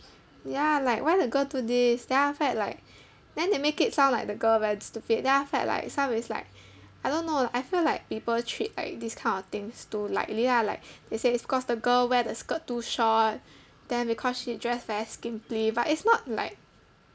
ya like why the girl do this then after that like then they make it sound like the girl very stupid then after that like some is like I don't know I feel like people treat like this kind of things like too lightly lah like they say is because the girl wear the skirt too short then because she dressed very skimpy but it's not like